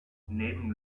neben